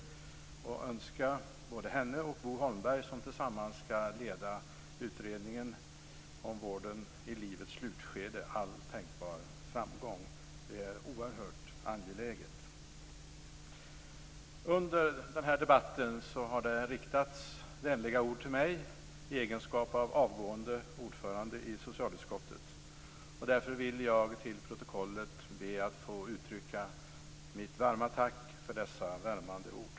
Jag vill önska både henne och Bo Holmberg, som tillsammans skall leda utredningen om vården i livets slutskede, all tänkbar framgång. Det är oerhört angeläget. Under den här debatten har det riktats vänliga ord till mig i egenskap av avgående ordförande i socialutskottet. Därför vill jag till protokollet be att få uttrycka mitt varma tack för dessa värmande ord.